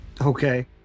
Okay